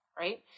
Right